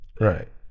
Right